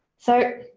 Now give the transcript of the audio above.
so